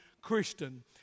Christian